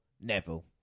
Neville